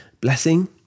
blessing